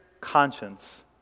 conscience